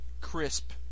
crisp